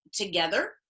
together